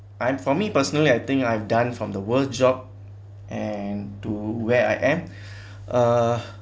and for me personally I think I've done from the worst job and to where I am uh